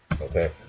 Okay